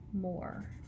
more